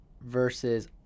versus